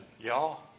y'all